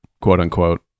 quote-unquote